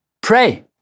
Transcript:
pray